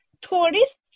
tourists